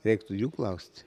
reiktų jų klaust